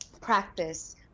practice